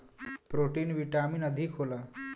protein vitamin अधिक होला